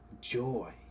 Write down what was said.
joy